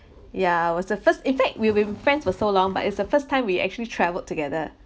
ya was the first in fact we we've been friends for so long but it's the first time we actually travelled together